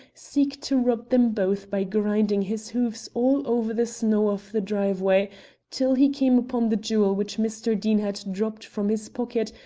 seek to rob them both by grinding his hoofs all over the snow of the driveway till he came upon the jewel which mr. deane had dropped from his pocket,